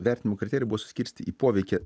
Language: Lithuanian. vertinimo kriterijai buvo suskirsti į poveikį